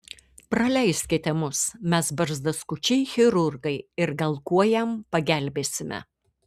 praleiskite mus mes barzdaskučiai chirurgai ir gal kuo jam pagelbėsime